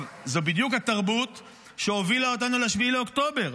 זאת בדיוק התרבות שהובילה אותנו ל-7 באוקטובר.